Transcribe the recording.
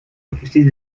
допустить